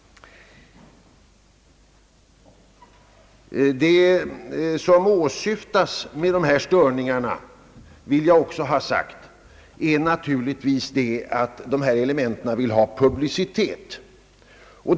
Vad de här elementen åsyftar med sina uppträden är naturligtvis att få publicitet.